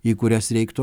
į kurias reiktų